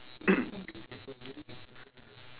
it could be two right because there's there's